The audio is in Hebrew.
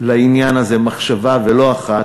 לעניין הזה מחשבה, ולא אחת,